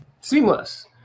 seamless